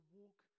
walk